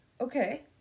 okay